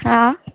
हा